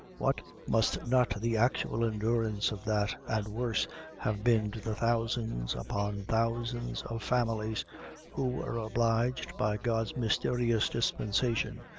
what must not the actual endurance of that and worse have been to the thousands upon thousands of families who were obliged, by god's mysterious dispensation,